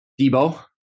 Debo